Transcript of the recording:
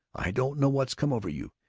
i don't know what's come over you.